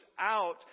out